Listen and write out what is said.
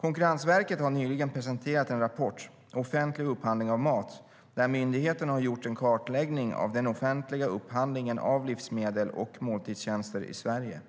Konkurrensverket har nyligen presenterat en rapport, Offentlig upphandling av mat , där myndigheten har gjort en kartläggning av den offentliga upphandlingen av livsmedel och måltidstjänster i Sverige.